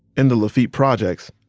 in the lafitte projects,